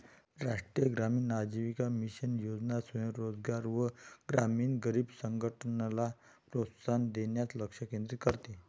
राष्ट्रीय ग्रामीण आजीविका मिशन योजना स्वयं रोजगार व ग्रामीण गरीब संघटनला प्रोत्साहन देण्यास लक्ष केंद्रित करते